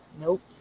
Nope